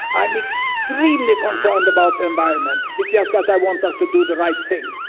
i'm extremely concerned about the environment, it's just that i want us to do the right thing,